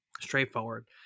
Straightforward